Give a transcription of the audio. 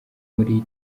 muri